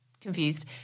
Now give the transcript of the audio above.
Confused